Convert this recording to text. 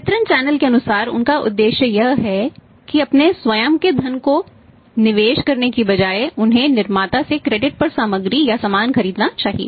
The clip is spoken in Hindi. वितरण चैनल के अनुसार उनका उद्देश्य यह है कि अपने स्वयं के धन का निवेश करने के बजाए उन्हें निर्माता से क्रेडिट पर सामग्री या सामान खरीदना चाहिए